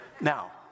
Now